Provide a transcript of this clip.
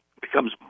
becomes